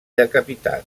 decapitat